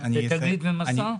בתגלית ומסע?